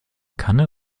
kanne